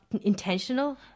intentional